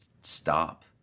stop